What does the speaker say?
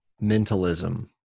mentalism